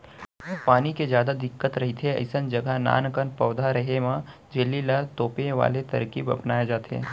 पानी के जादा दिक्कत रहिथे अइसन जघा नानकन पउधा रेहे म झिल्ली ल तोपे वाले तरकीब अपनाए जाथे